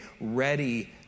ready